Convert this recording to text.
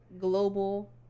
Global